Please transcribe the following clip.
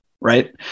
right